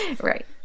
Right